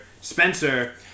Spencer